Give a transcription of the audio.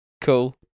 Cool